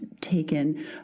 taken